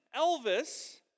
Elvis